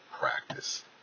practice